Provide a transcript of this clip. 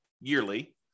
yearly